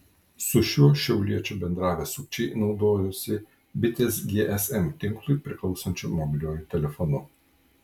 su šiuo šiauliečiu bendravę sukčiai naudojosi bitės gsm tinklui priklausančiu mobiliuoju telefonu